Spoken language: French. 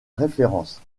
référence